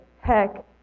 heck